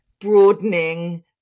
broadening